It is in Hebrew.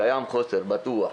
קיים חוסר בטוח,